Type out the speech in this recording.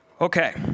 Okay